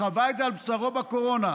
חווה את זה על בשרו בקורונה,